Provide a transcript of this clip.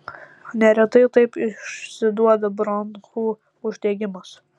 neretai taip išsiduoda bronchų uždegimas